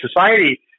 society